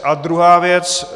A druhá věc.